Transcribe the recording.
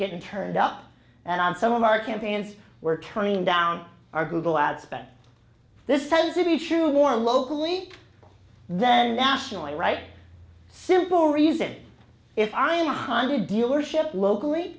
getting turned up and on some of our campaigns we're turning down our google ad spend this time to be sure more locally then nationally right simple reason if i am one hundred dealerships locally